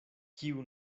kiu